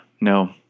no